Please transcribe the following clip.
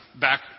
back